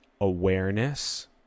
awareness